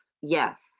yes